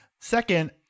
second